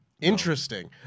Interesting